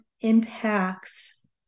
impacts